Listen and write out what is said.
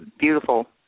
beautiful